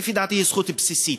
שלפי דעתי היא זכות בסיסית,